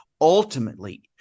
Ultimately